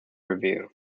review